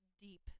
deep